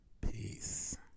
Peace